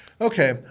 Okay